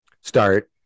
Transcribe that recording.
start